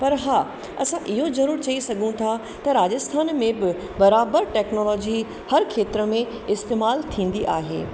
पर हा असां इहो ज़रूरु चई सघूं था त राजस्थान में ब बराबरि टेक्नोलॉजी हर खेत्र में इस्तमाल थींदी आहे